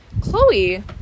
Chloe